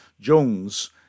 Jones